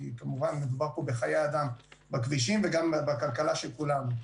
כי כמובן מדובר פה בחיי אדם בכבישים וגם בכלכלה של כולנו.